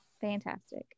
Fantastic